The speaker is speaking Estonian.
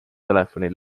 telefoni